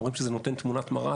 אומרים שזה נותן תמונת מראה,